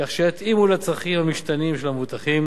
כך שיתאימו לצרכים המשתנים של המובטחים